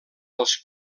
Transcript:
als